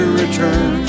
return